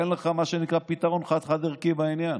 אין לך מה שנקרא פתרון חד-חד-ערכי בעניין.